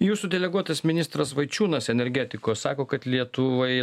jūsų deleguotas ministras vaičiūnas energetikos sako kad lietuvai